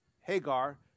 Hagar